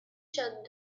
shut